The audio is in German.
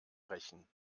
rächen